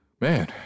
man